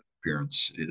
appearance